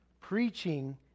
Preaching